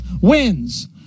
wins